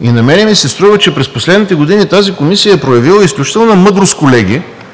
На мен ми се струва, че през последните години тази комисия е проявила изключителна мъдрост, колеги,